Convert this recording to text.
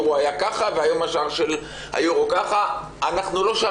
היא רק מוזכרת כדרך אגב באקראי כשקיבלה תוספות